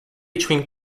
between